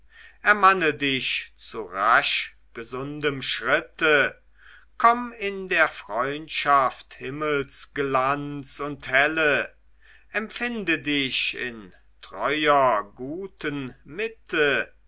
ermanne dich zu rasch gesundem schritte komm in der freundschaft himmelsglanz und helle empfinde dich in treuer guten mitte